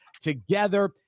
together